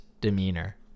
demeanor